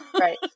Right